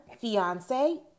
fiance